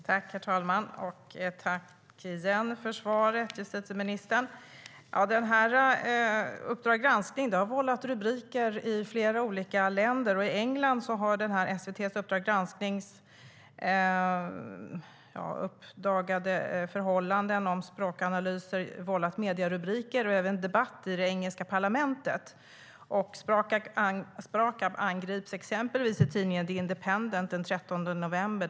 Herr talman! Jag tackar åter justitieministern för svaret. Uppdrag granskning har skapat rubriker i flera olika länder, bland annat i England där de uppdagade förhållandena vad gäller språkanalyser även lett till debatt i parlamentet. Sprakab angreps exempelvis i tidningen The Independent den 13 november.